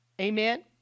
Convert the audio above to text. Amen